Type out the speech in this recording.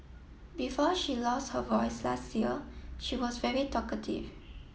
before she lost her voice last year she was very talkative